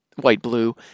white-blue